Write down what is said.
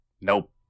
nope